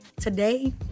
today